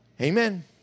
amen